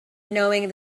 knowing